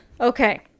okay